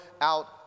out